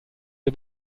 sie